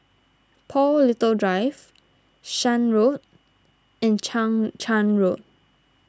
Paul Little Drive Shan Road and Chang Charn Road